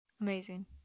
Amazing